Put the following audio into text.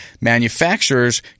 manufacturers